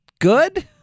good